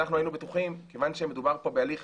כיוון שמדובר פה בהליך